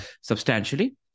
substantially